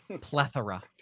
Plethora